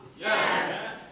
Yes